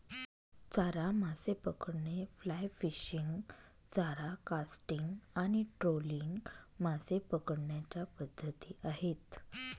चारा मासे पकडणे, फ्लाय फिशिंग, चारा कास्टिंग आणि ट्रोलिंग मासे पकडण्याच्या पद्धती आहेत